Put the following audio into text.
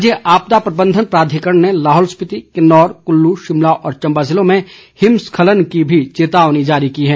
राज्य आपदा प्रबंधन प्राधिकरण ने लाहौल स्पीति किन्नौर कुल्लू शिमला और चम्बा ज़िलों में हिमस्खलन की भी चेतावनी जारी की है